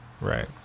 Right